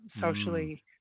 socially